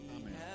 amen